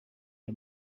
the